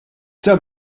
sub